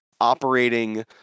operating